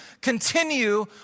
continue